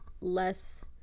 less